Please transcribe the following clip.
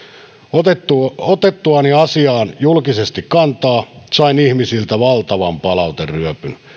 otettuani otettuani asiaan julkisesti kantaa sain ihmisiltä valtavan palauteryöpyn